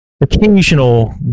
occasional